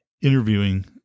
interviewing